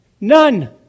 None